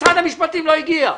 משרד המשפטים לא הגיע.